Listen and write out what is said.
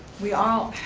we all,